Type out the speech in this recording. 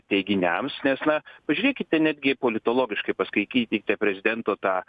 teiginiams nes na pažiūrėkite netgi politologiškai paskaitykite prezidento tą